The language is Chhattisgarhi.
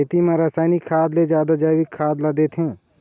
खेती म रसायनिक खाद ले जादा जैविक खाद ला देथे